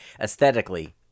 aesthetically